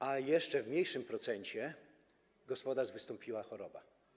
A jeszcze w mniejszym procencie gospodarstw wystąpiła choroba.